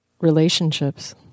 Relationships